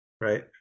Right